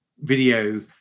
video